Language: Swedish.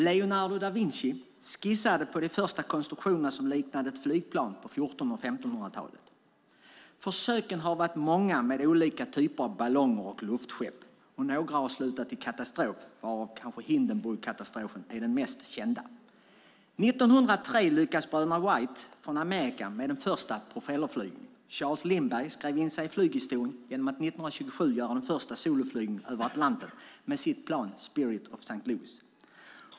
Leonardo da Vinci skissade på de första konstruktionerna som liknade flygplan på 1400 och 1500-talet. Försöken har varit många med olika typer av ballonger och luftskepp. Några har slutat i katastrof, varav Hindenburgkatastrofen kanske är den mest kända. År 1903 lyckades bröderna Wright från Amerika med den första propellerflygningen. Charles Lindbergh skrev in sig i flyghistorien genom att 1927 göra den första soloflygningen över Atlanten med sitt plan Spirit of S:t Louis.